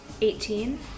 Eighteen